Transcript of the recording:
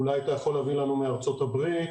אולי אתה יכול להביא לנו מארצות הברית?